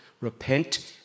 repent